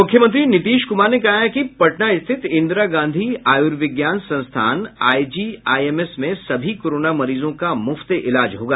मुख्यमंत्री नीतीश कुमार ने कहा है कि पटना स्थित इंदिरा गांधी आयुर्विज्ञान संस्थानआईजीआईएमएस में सभी कोरोना मरीजों का मुफ्त इलाज होगा